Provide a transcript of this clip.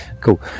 cool